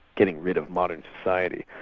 getting rid of modern society.